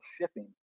shipping